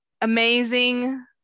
amazing